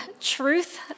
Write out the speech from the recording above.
truth